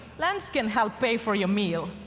lens can help pay for your meal.